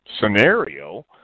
scenario